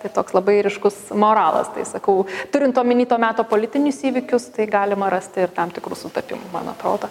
tai toks labai ryškus moralas tai sakau turint omeny to meto politinius įvykius tai galima rasti ir tam tikrų sutapimų man atrodo